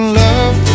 love